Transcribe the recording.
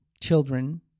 children